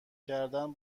کردن